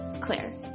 Claire